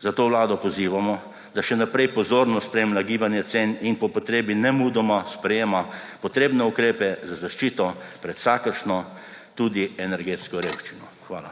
Zato vlado pozivamo, da še naprej pozorno spremlja gibanje cen in po potrebi nemudoma sprejema potrebne ukrepe za zaščito pred vsakršno, tudi energetsko revščino. Hvala.